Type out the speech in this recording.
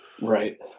Right